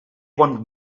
bon